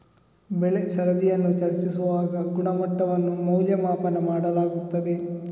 ಬೆಳೆ ಸರದಿಯನ್ನು ಚರ್ಚಿಸುವಾಗ ಗುಣಮಟ್ಟವನ್ನು ಮೌಲ್ಯಮಾಪನ ಮಾಡಲಾಗುತ್ತದೆ